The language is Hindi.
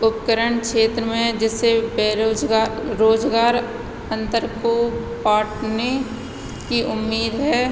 उपकरण क्षेत्र में जिससे बेरोजगार रोजगार अंतर को पाटने की उम्मीद है